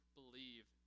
believe